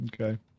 Okay